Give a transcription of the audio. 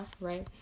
right